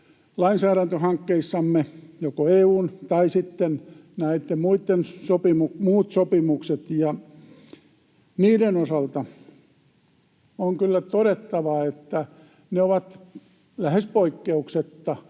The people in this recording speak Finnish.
lainsäädäntöhankkeissamme, joko EU:n tai sitten nämä muut sopimukset. Niiden osalta on kyllä todettava, että ne on lähes poikkeuksetta